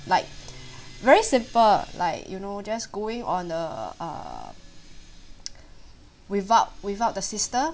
like very simple like you know just going on the err without without the sister